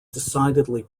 decidedly